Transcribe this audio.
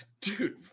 Dude